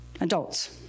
Adults